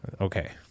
Okay